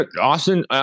Austin